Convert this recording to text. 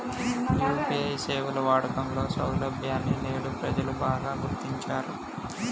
UPI సేవల వాడకంలో సౌలభ్యాన్ని నేడు ప్రజలు బాగా గుర్తించారు